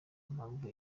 impamvu